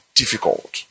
difficult